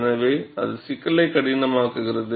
எனவே அது சிக்கலை கடினமாக்குகிறது